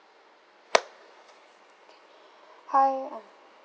K hi I'm